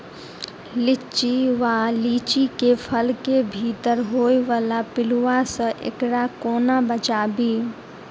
लिच्ची वा लीची केँ फल केँ भीतर होइ वला पिलुआ सऽ एकरा कोना बचाबी?